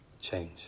change